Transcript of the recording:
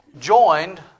joined